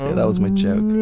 ah that was my joke.